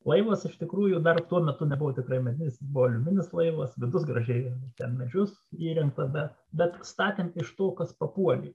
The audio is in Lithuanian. laivas iš tikrųjų dar tuo metu nebuvo tikrai medinis buvo aliumininis laivas vidus gražiai ten medžius įrengtas be bet statant iš to kas papuolė